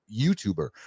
YouTuber